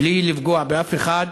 בלי לפגוע באף אחד.